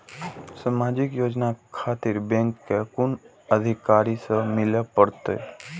समाजिक योजना खातिर बैंक के कुन अधिकारी स मिले परतें?